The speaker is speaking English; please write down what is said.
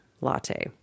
latte